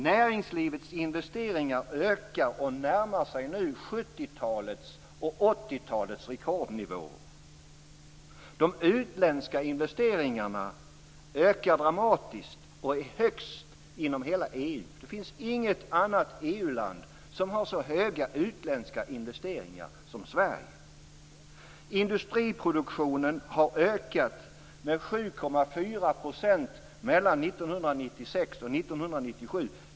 Näringslivets investeringar ökar och närmar sig nu 70-talets och 80-talets rekordnivåer. De utländska investeringarna ökar dramatiskt och är högst inom hela EU. Det finns inget annat EU-land som har så höga utländska investeringar som Sverige. 1996 och 1997.